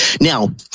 Now